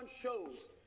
shows